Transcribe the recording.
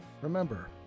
Remember